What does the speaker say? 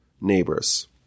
neighbors